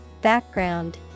Background